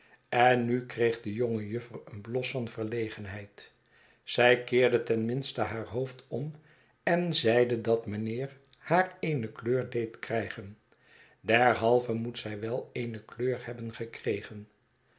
en nu kreeg de jonge juffer een bios van verlegenheid zij keerde ten minste haar hoofd om en zeide dat mijnheer haar eene kleur deed krijgen derhalve moet zij wel eene kleur hebben gekregen